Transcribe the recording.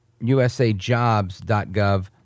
usajobs.gov